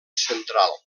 central